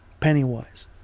Pennywise